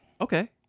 Okay